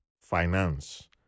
finance